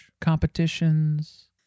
competitions